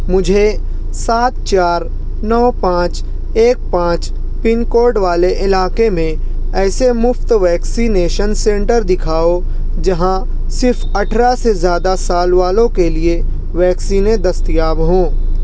مجھے سات چار نو پانچ ایک پانچ پن کوڈ والے علاقے میں ایسے مفت ویکسینیشن سینٹر دکھاؤ جہاں صرف اٹھارہ سے زیادہ سال والوں کے لیے ویکسینیں دستیاب ہوں